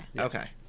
okay